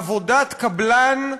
עבודת קבלן,